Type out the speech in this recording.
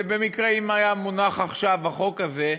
ובמקרה אם היה מונח עכשיו החוק הזה,